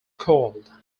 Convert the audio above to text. called